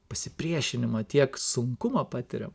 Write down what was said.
pasipriešinimą tiek sunkumą patiriam